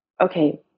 okay